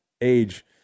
age